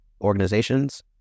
organizations